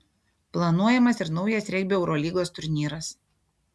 planuojamas ir naujas regbio eurolygos turnyras